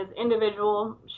individual